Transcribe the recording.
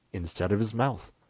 instead of his mouth.